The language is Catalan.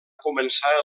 començar